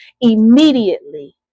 immediately